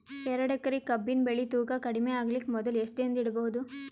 ಎರಡೇಕರಿ ಕಬ್ಬಿನ್ ಬೆಳಿ ತೂಕ ಕಡಿಮೆ ಆಗಲಿಕ ಮೊದಲು ಎಷ್ಟ ದಿನ ಇಡಬಹುದು?